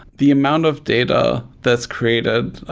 the amount of data that's created,